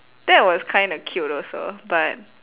that was kinda cute also but